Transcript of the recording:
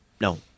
No